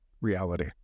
reality